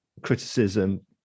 criticism